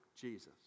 Jesus